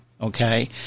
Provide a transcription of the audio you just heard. okay